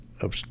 up